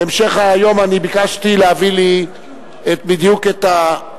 אני ביקשתי בהמשך היום להביא לי בדיוק את האמור